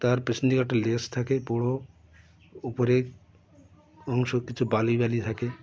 তার পেছন দিকে একটা লেজ থাকে বড় উপরে অংশ কিছু বালি বালি থাকে